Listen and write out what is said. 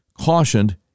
cautioned